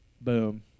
Boom